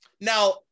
now